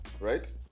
right